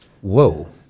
Whoa